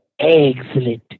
excellent